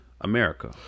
America